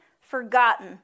forgotten